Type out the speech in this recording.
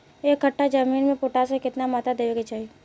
एक कट्ठा जमीन में पोटास के केतना मात्रा देवे के चाही?